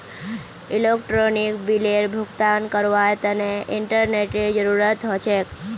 electronic बिलेर भुगतान करवार तने इंटरनेतेर जरूरत ह छेक